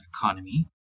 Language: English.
economy